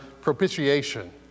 propitiation